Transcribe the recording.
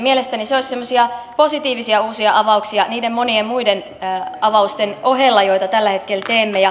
mielestäni ne olisivat positiivisia uusia avauksia niiden monien muiden avausten ohella joita tällä hetkellä teemme